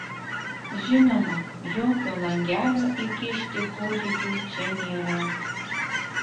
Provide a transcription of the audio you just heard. žinoma jokio langelio įkišti kūdikiui čia nėra